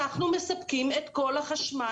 אנחנו מספקים את כל החשמל,